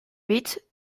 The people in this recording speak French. huit